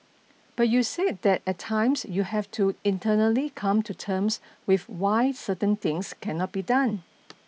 but you said that at times you have to internally come to terms with why certain things cannot be done